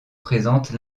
présente